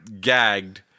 gagged